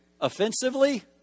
offensively